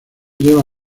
lleva